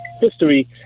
history